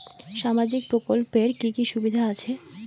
সামাজিক প্রকল্পের কি কি সুবিধা আছে?